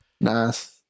nice